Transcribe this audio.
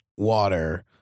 Water